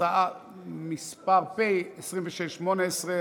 הצעה מס' פ/2618,